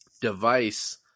device